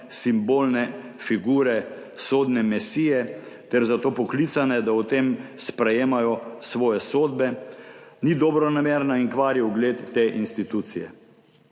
simbolne figure, sodne mesije ter zato poklicane, da o tem sprejemajo svoje sodbe, ni dobronamerna in kvari ugled te institucije.«